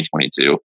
2022